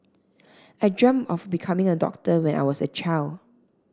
I dreamt of becoming a doctor when I was a child